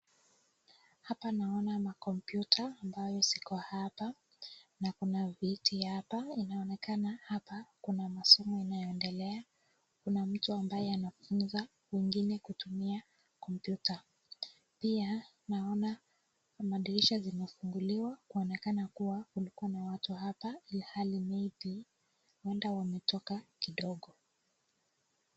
Hapa naona makompyuta ambayo ziko hapa. Na kuna viti hapa. Inaonekana hapa kuna masomo inayoendelea. Kuna mtu ambaye anafunza mwingine kutumia kompyuta. Pia naona madirisha zimefunguliwa kuonekana kuwa kulikuwa na watu hapa, ilhali [maybe] huenda wametoka kidogo.